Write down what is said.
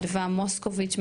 אדווה מוסקוביץ,